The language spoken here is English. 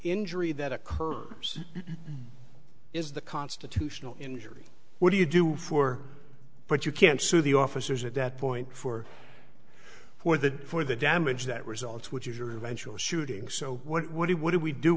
injury that occur is the constitutional injury what do you do for but you can't sue the officers at that point for for the for the damage that results which is your eventual shooting so what do what do we do